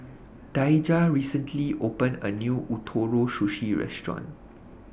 Daija recently opened A New Ootoro Sushi Restaurant